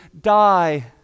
die